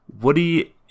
Woody